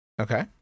Okay